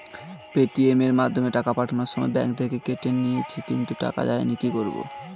Paytm এর মাধ্যমে টাকা পাঠানোর সময় ব্যাংক থেকে কেটে নিয়েছে কিন্তু টাকা যায়নি কি করব?